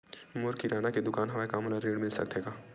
मोर किराना के दुकान हवय का मोला ऋण मिल सकथे का?